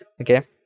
Okay